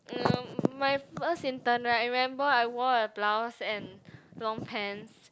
uh my first intern right I remember I wore a blouse and long pants